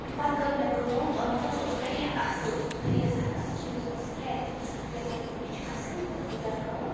پَتہٕ کٔر مےٚ کٲم ٲں مطلب سُہ اوس واریاہ اصٕل سُہ اوس واریاہ زیادٕ اصٕل سُہ نیٛوٗ مےٚ تَتھ فرٛیٚنٛڈ تٔمۍ ووٚن دوٚپُن یہِ چھُ اصٕل تہٕ بہٕ کَرٕ کٲم